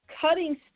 cutting